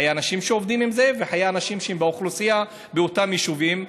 חיי האנשים שעובדים עם זה וחיי האנשים שהם באוכלוסייה באותם יישובים,